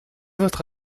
votre